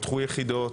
פתחו יחידות,